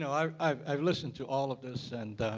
so i've i've listened to all of this and